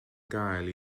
gael